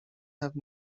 have